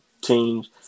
teams